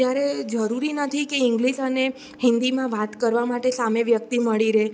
ત્યારે જરૂરી નથી કે ઇંગ્લિસ અને હિન્દીમાં વાત કરવામાં માટે સામે વ્યક્તિ મળી રહે